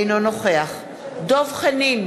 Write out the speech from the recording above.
אינו נוכח דב חנין,